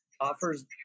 offers